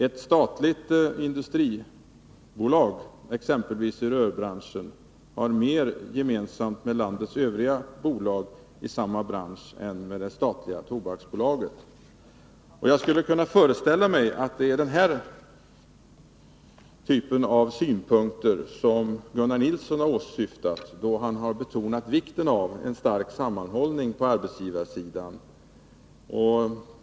Ett statligt industribolag, exempelvis i rörbranschen, har mer gemensamt med landets övriga bolag i samma bransch än med det statliga tobaksbolaget. Jag skulle kunna föreställa mig att det är den typen av synpunkter som Gunnar Nilsson har åsyftat då han har betonat vikten av en stark sammanhållning på arbetsgivarsidan.